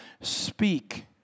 Speak